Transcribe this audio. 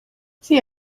see